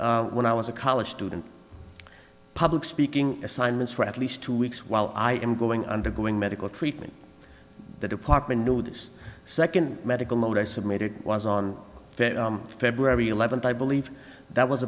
when i was a college student public speaking assignments for at least two weeks while i am going undergoing medical treatment the department knew this second medical mode i submitted was on february eleventh i believe that was